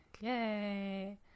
Yay